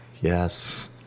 yes